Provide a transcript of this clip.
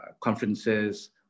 conferences